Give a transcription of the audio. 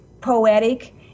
poetic